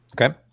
Okay